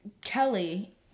Kelly